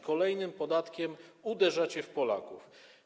Kolejnym podatkiem uderzacie w Polaków.